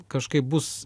kažkaip bus